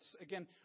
again